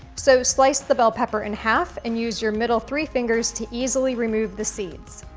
so, slice the bell pepper in half and use your middle three fingers to easily remove the seeds.